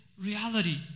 reality